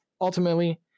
ultimately